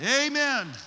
Amen